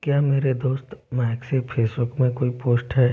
क्या मेरे दोस्त माइक से फेसबुक में कोई पोस्ट है